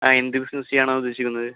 ആ എന്ത് ബിസിനസ് ചെയ്യാനാണ് ഉദ്ദേശിക്കുന്നത്